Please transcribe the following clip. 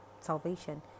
salvation